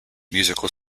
musical